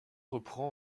reprend